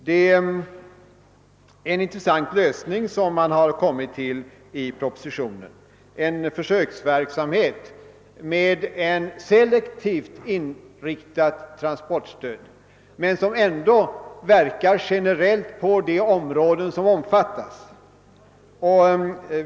Det är en intressant lösning man föreslår i propositionen, nämligen försöksverksamhet med ett selektivt transportstöd som ändå verkar generellt på de områden som omfattas.